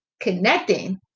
connecting